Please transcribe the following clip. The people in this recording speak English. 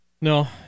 No